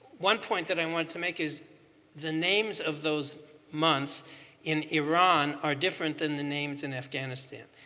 one point that i want to make is the names of those months in iran are different than the names in afghanistan.